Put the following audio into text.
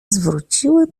zwróciły